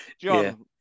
John